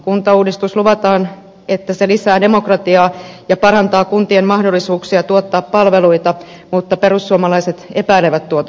kuntauudistuksesta luvataan että se lisää demokratiaa ja parantaa kuntien mahdollisuuksia tuottaa palveluita mutta perussuomalaiset epäilevät tuota suuresti